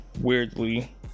Weirdly